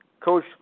Coach